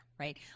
right